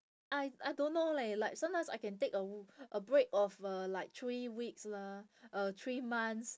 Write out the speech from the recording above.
I I don't know leh like sometimes I can take a a break of uh like three weeks lah uh three months